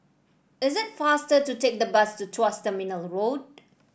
is it faster to take the bus to Tuas Terminal Road